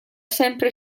sempre